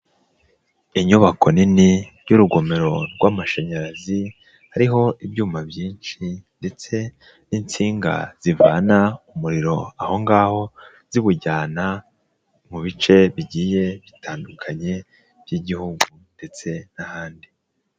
Inyubako nini y'urugomero rw'amashanyarazi hariho ibyuma byinshi ndetse n'insinga zivana umuriro aho ngaho ziwujyana mu bice bigiye bitandukanye by'igihugu ndetse n'ahandi.